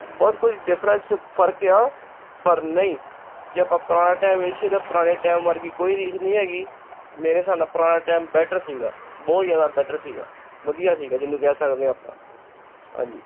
ਬਹੁਤ ਕੁਝ ਡਿਫਰੈਂਸ ਫ਼ਰਕ ਆ ਪਰ ਨਹੀਂ ਜੇ ਆਪਾਂ ਪੁਰਾਣਾ ਟਾਈਮ ਵੇਖੀਏ ਤਾਂ ਪੁਰਾਣੇ ਟਾਈਮ ਵਰਗੀ ਕੋਈ ਰੀਸ ਨਹੀਂ ਹੈਗੀ ਮੇਰੇ ਹਿਸਾਬ ਨਾਲ ਪੁਰਾਣਾ ਟਾਈਮ ਬੈਟਰ ਸੀਗਾ ਬਹੁਤ ਜ਼ਿਆਦਾ ਬੈਟਰ ਸੀਗਾ ਵਧੀਆ ਸੀਗਾ ਜਿਹਨੂੰ ਕਹਿ ਸਕਦੇ ਹਾਂ ਆਪਾਂ ਹਾਂਜੀ